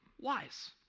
wise